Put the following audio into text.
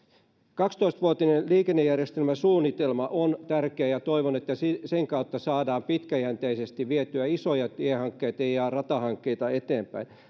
kaksitoista vuotinen liikennejärjestelmäsuunnitelma on tärkeä ja toivon että sen kautta saadaan pitkäjänteisesti vietyä isoja tiehankkeita ja ratahankkeita eteenpäin